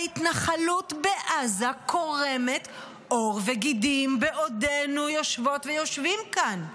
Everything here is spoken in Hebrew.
ההתנחלות בעזה קורמת עור וגידים בעודנו יושבות ויושבים כאן.